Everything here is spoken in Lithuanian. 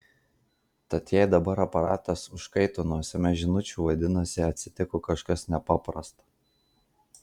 tad jei dabar aparatas užkaito nuo sms žinučių vadinasi atsitiko kažkas nepaprasta